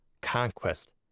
Conquest